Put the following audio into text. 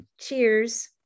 Cheers